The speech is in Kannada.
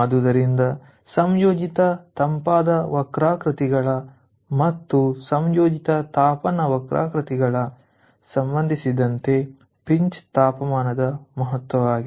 ಆದ್ದರಿಂದ ಸಂಯೋಜಿತ ತಂಪಾದ ವಕ್ರಾಕೃತಿಗಳ ಮತ್ತು ಸಂಯೋಜಿತ ತಾಪನ ವಕ್ರಾಕೃತಿಗಳ ಸಂಬಂಧಿಸಿದಂತೆ ಪಿಂಚ್ ತಾಪಮಾನದ ಮಹತ್ವವಾಗಿದೆ